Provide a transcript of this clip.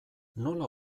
nola